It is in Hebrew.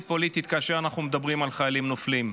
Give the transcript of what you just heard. פוליטית כאשר אנחנו מדברים על חיילים נופלים.